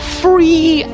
free